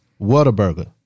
Whataburger